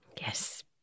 yes